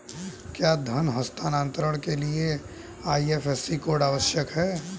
क्या धन हस्तांतरण के लिए आई.एफ.एस.सी कोड आवश्यक है?